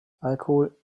alkohol